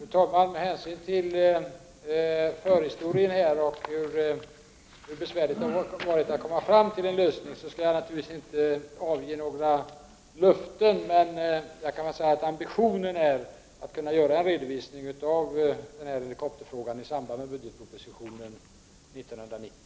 Fru talman! Med hänsyn till förhistorien i detta sammanhang och till hur besvärligt det har varit när det gällt att komma fram till en lösning skall jag naturligtvis inte avge några löften. Men jag kan säga att ambitionerna är att det skall gå att göra en redovisning i helikopterfrågan i samband med budgetpropositionen 1990.